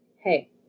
Hey